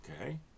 Okay